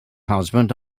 husband